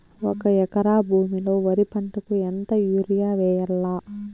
ఒక ఎకరా భూమిలో వరి పంటకు ఎంత యూరియ వేయల్లా?